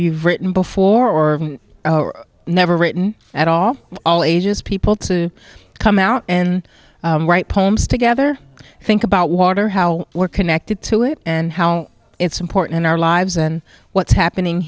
you've written before or never written at all all ages people to come out and write poems together think about water how we're connected to it and how it's important in our lives and what's happening